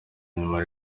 nyuma